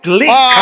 Click